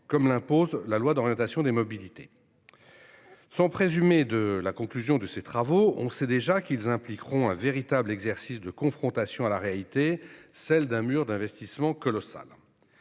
comme l'impose la loi d'orientation des mobilités (LOM). Sans présumer la conclusion de ses travaux, on sait déjà qu'ils impliqueront un véritable exercice de confrontation à la réalité : celle d'un mur d'investissements colossal.